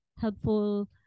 helpful